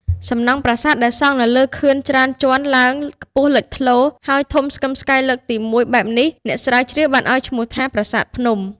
សំណង់ប្រាសាទដែលសង់នៅលើខឿនច្រើនជាន់ឡើងខ្ពស់លេចធ្លោ ហើយធំស្កឹមស្កៃលើកទី១ បែបនេះ អ្នកស្រាវជ្រាវបានឲ្យឈ្មោះថា ប្រាសាទភ្នំ ។